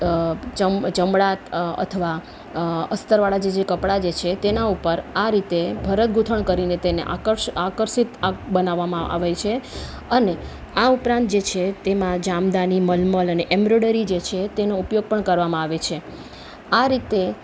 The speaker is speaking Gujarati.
ચામડા અથવા અસ્તરવાળાં જે જે કપડા જે છે તેના ઉપર આ રીતે ભરતગૂંથણ કરીને તેને આકર્ષ આકર્ષિત બનાવવામાં આવે છે અને આ ઉપરાંત જે છે તેમાં જામદાની મલમલ અને એમરોડરી જે છે તેનો ઉપયોગ પણ કરવામાં આવે છે આ રીતે